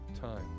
time